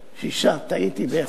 שישה.